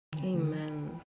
amen